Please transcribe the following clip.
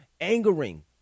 angering